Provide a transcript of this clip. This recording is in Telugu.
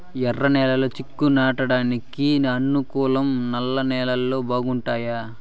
ఎర్రనేలలు చిక్కుళ్లు నాటడానికి అనుకూలమా నల్ల నేలలు బాగుంటాయా